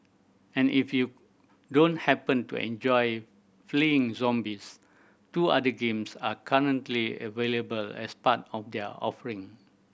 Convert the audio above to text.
and if you don't happen to enjoy fleeing zombies two other games are currently available as part of their offering